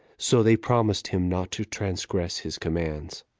so they promised him not to transgress his commands.